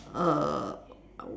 uh